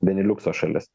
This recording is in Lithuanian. beniliukso šalis